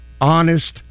honest